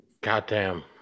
goddamn